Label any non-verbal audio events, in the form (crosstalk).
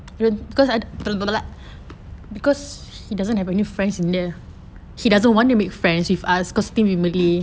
(laughs)